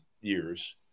years